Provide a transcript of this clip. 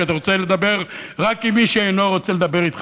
כי אתה רוצה לדבר רק עם מי שאינו רוצה לדבר איתך,